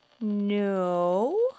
No